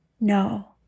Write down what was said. No